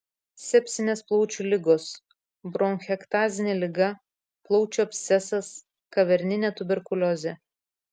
sepsinės plaučių ligos bronchektazinė liga plaučių abscesas kaverninė tuberkuliozė